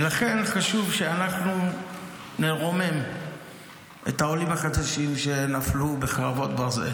ולכן חשוב שאנחנו נרומם את העולים החדשים שנפלו בחרבות ברזל.